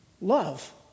love